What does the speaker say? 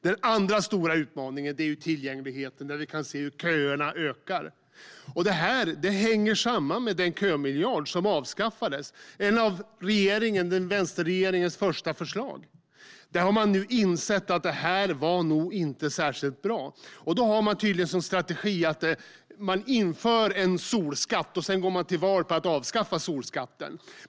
Den andra stora utmaningen är tillgängligheten. Vi ser hur köerna ökar, och det hänger samman med den kömiljard som avskaffades - ett av vänsterregeringens första förslag. Nu har man insett att detta nog inte var särskilt bra. Man har tydligen som strategi att införa en solskatt och sedan gå till val på att avskaffa den.